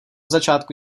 začátku